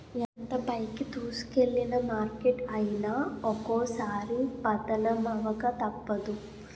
ఎంత పైకి దూసుకెల్లిన మార్కెట్ అయినా ఒక్కోసారి పతనమవక తప్పదు